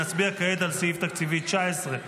נצביע כעת על סעיף תקציבי 19,